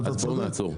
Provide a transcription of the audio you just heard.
אתה צודק.